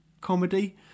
comedy